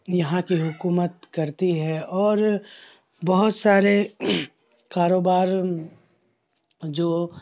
یہاں کی حکومت کرتی ہے اور بہت سارے کاروبار جو